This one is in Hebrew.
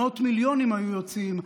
מאות מיליונים היו מוּצאים,